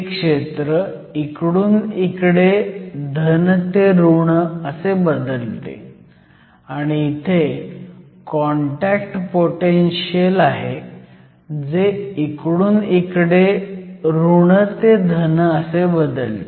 हे क्षेत्र इकडून इकडे धन ते ऋण बदलते आणि इथे कॉन्टॅक्ट पोटेनशियल आहे जे इकडून इकडे ऋण ते धन बदलते